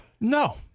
No